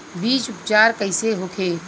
बीज उपचार कइसे होखे?